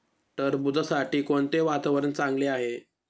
टरबूजासाठी कोणते वातावरण चांगले आहे?